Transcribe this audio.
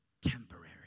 temporary